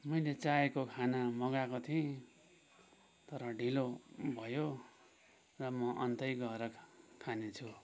मैले चाहेको खाना मगाएको थिएँ तर ढिलो भयो र म अन्तै गएर खानेछु